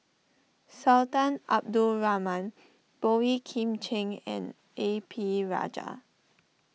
Sultan Abdul Rahman Boey Kim Cheng and A P Rajah